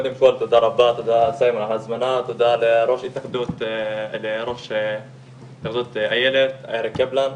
תודה לראש התאחדות איילת אריק קפלן,